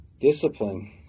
Discipline